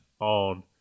on